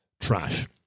trash